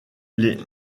les